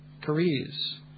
careers